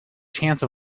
chance